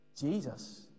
Jesus